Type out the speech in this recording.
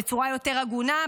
בצורה יותר הגונה,